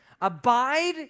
Abide